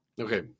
Okay